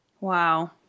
Wow